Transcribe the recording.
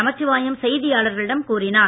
நமச்சிவாயம் செய்தியாளர்களிடம் கூறினார்